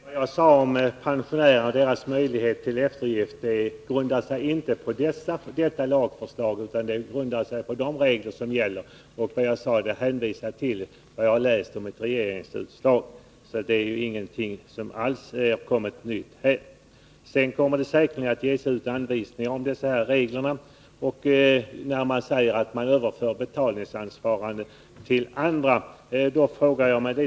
Herr talman! Vad jag sade om pensionärerna och deras möjligheter till eftergift grundar sig inte på detta lagförslag utan på de regler som gäller. Jag hänvisade också till vad jag läst om ett regeringsutslag. Det är alltså inte fråga om något nytt. Det kommer säkerligen att ges ut anvisningar i anslutning till dessa regler. Det har här sagts att man överför betalningsansvaret till andra.